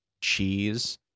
cheese